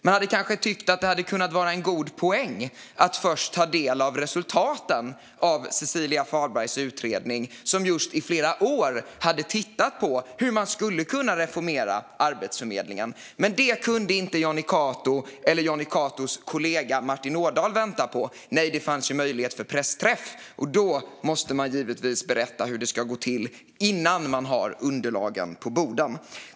Man hade kanske tyckt att det hade kunnat vara en god poäng att först ta del av resultaten av Cecilia Fahlbergs utredning, som i flera år hade tittat på hur man skulle kunna reformera Arbetsförmedlingen. Men det kunde inte Jonny Cato eller hans kollega Martin Ådahl vänta på. Nej, det fanns ju möjlighet för pressträff, och då måste man givetvis berätta hur det ska gå till innan man har underlagen på borden.